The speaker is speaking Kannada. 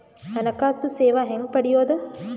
ಹಣಕಾಸು ಸೇವಾ ಹೆಂಗ ಪಡಿಯೊದ?